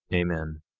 amen.